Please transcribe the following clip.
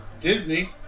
Disney